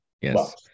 yes